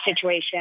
situation